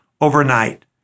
overnight